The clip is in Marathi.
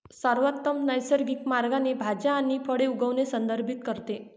सर्वोत्तम नैसर्गिक मार्गाने भाज्या आणि फळे उगवणे संदर्भित करते